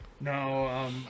No